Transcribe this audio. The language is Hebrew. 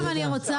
אז נוסיף הסמכה.